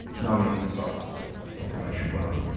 no end in sight the population growing.